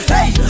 Hey